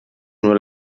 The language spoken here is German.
nur